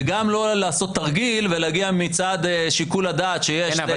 וגם לא לעשות תרגיל ולהגיע מצד שיקול הדעת שיש --- אביעד,